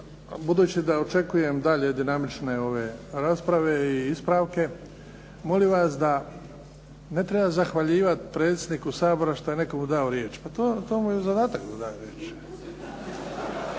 budući da očekujem i dalje dinamične rasprave i ispravke, molim vas da ne treba zahvaljivati predsjedniku Sabora što je nekomu dao riječ. Pa to mu je zadatak da daje riječ.